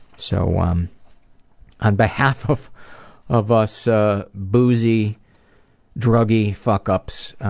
so um on behalf of of us ah boozy druggy fuck ups,